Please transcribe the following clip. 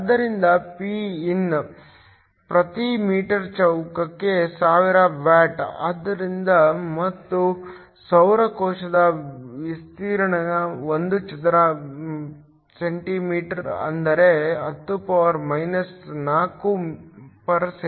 ಆದ್ದರಿಂದ Pin ಪ್ರತಿ metre ಚೌಕಕ್ಕೆ 1000 ವ್ಯಾಟ್ಸ್ ಮತ್ತು ಸೌರ ಕೋಶದ ವಿಸ್ತೀರ್ಣ 1 ಚದರ ಸೆಂಟಿಮೀಟರ್ ಅಂದರೆ 10 4 m 2